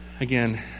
Again